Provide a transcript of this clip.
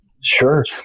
Sure